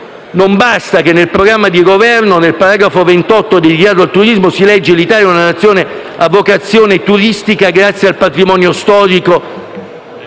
evidenziato che: nel Programma di Governo, nel paragrafo 28 dedicato al Turismo, si legge «L'Italia è una nazione a vocazione turistica grazie al patrimonio storico,